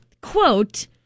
quote